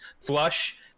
Flush